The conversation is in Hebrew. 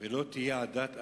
ולא תהיה עדת ה'